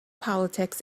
politics